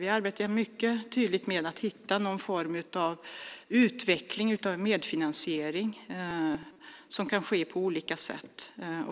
Vi arbetar mycket tydligt med att hitta någon form av utveckling av medfinansiering som kan ske på olika sätt.